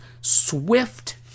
swift